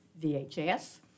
VHS